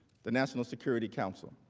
the national security council.